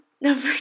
Number